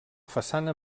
façana